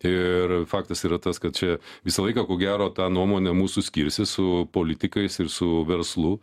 ir faktas yra tas kad čia visą laiką ko gero ta nuomonė mūsų skirsis su politikais ir su verslu